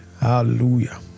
Hallelujah